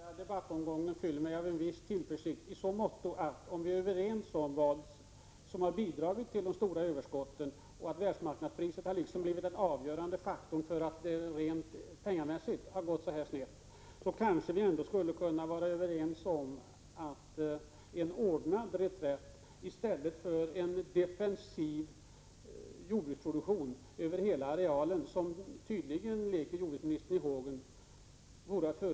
Förbudet mot användning av stråförkortningsmedel i spannmålsodlingen kan komma att få oönskade effekter. Stråförkortningsmedel används i dag främst för att kunna höja proteinhalten eller kvaliteten och därmed spannmålens bakningsduglighet. Förbudet kan få till följd att bageriindustrin måste importera mera brödspannmål. Den förlustbringande spannmålsexporten kan därigenom komma att öka.